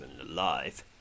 alive